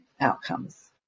outcomes